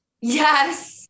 yes